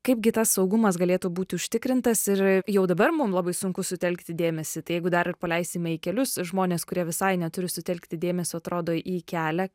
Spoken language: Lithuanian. kaipgi tas saugumas galėtų būti užtikrintas ir jau dabar mum labai sunku sutelkti dėmesį tai jeigu dar ir paleisime į kelius žmones kurie visai neturi sutelkti dėmesio atrodo į kelią